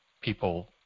people